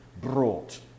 brought